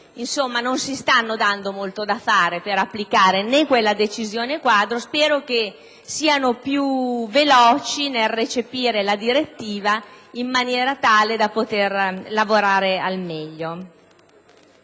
non si stanno dando molto da fare per applicare quella decisione quadro; spero dunque che siano più veloci nel recepire la direttiva, in maniera tale da poter lavorare al meglio.